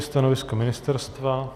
Stanovisko ministerstva?